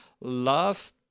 love